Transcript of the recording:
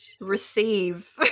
receive